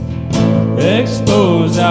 Expose